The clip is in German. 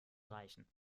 reichen